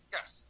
Yes